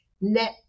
net